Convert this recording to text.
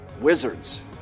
Wizards